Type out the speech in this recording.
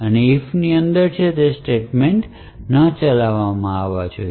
if ની અંદર છે તે સ્ટેટમેંટ ન ચલાવવામાં આવવા જોઈએ